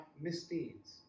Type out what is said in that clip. misdeeds